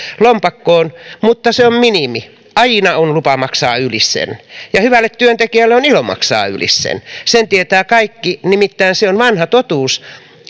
lompakkoon mutta se on minimi aina on lupa maksaa yli sen ja hyvälle työntekijälle on ilo maksaa yli sen sen tietävät kaikki nimittäin on vanha totuus